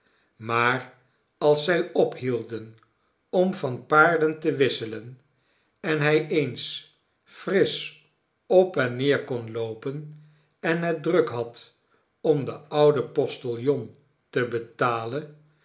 maar als zij ophielden om van paarden te wisselen en hij eens frisch op en neer kon loopen en het druk had om den ouden postiljon te betalen